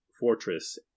fortress